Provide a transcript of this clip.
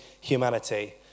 humanity